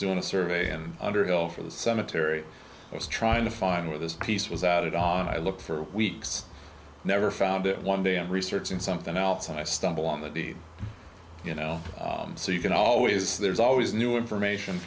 doing a survey and underhill for the cemetery i was trying to find where this piece was out on i looked for weeks never found it one day i'm researching something else and i stumble on the deed you know so you can always there's always new information